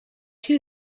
two